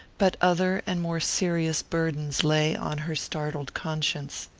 but other and more serious burdens lay on her startled conscience.